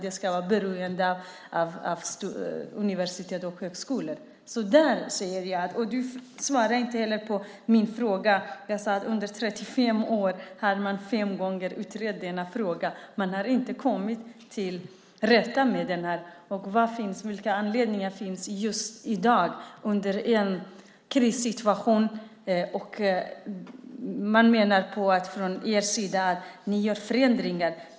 De ska vara beroende av universitet och högskolor. Du svarar inte på min fråga. Jag sade att under 35 år har man fem gånger utrett denna fråga. Man har inte kommit till rätta med den. Vilken anledning finns det just i dag under en krissituation? Ni menar från er sida att ni gör förändringar.